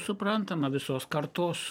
suprantama visos kartos